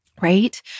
right